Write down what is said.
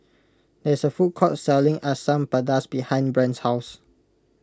there is a food court selling Asam Pedas behind Brant's house